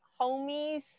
homies